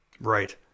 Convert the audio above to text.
right